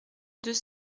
deux